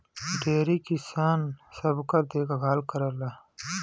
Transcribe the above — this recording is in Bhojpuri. डेयरी किसान सबकर देखभाल करेला